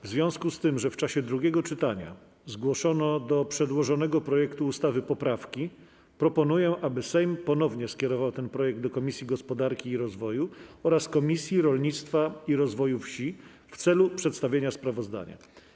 W związku z tym, że w czasie drugiego czytania zgłoszono do przedłożonego projektu ustawy poprawki, proponuję, aby Sejm ponownie skierował ten projekt do Komisji Gospodarki i Rozwoju oraz Komisji Rolnictwa i Rozwoju Wsi w celu przedstawienia sprawozdania.